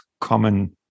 common